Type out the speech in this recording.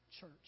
church